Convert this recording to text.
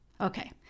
Okay